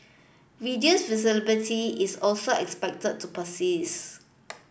reduced visibility is also expected to persist